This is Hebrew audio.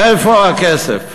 איפה הכסף?